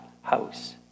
House